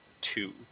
two